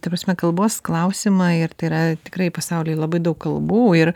ta prasme kalbos klausimą ir tai yra tikrai pasaulyje labai daug kalbų ir